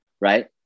right